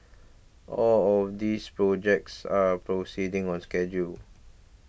all of these projects are proceeding on schedule